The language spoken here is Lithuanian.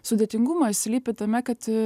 sudėtingumas slypi tame kad